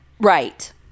Right